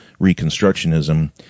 reconstructionism